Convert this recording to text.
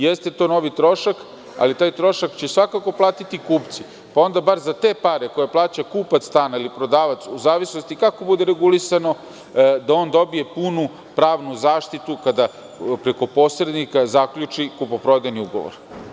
Jeste to novi trošak, ali taj trošak će svakako platiti kupci, pa onda bar za te pare, koje će kupac ili prodavac stana, u zavisnosti kako bude regulisano, dobiti punu pravnu zaštitu kada preko posrednika zaključi kupoprodajni ugovor.